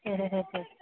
മ്മ് ഹമ്മ് ഹമ്മ് ഹമ്മ്